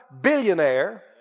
billionaire